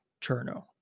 Cherno